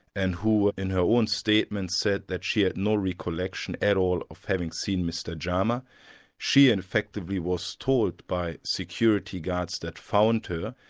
and who in her own statement said that she had no recollection at all of having seen mr jama she and effectively was told by security guards that found her,